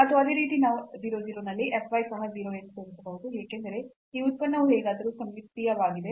ಮತ್ತು ಅದೇ ರೀತಿ ನಾವು 0 0 ನಲ್ಲಿ f y ಸಹ 0 ಎಂದು ತೋರಿಸಬಹುದು ಏಕೆಂದರೆ ಈ ಉತ್ಪನ್ನವು ಹೇಗಾದರೂ ಸಮ್ಮಿತೀಯವಾಗಿದೆ